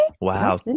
Wow